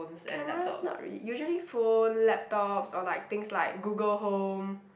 cameras not really usually phone laptops or like things like Google home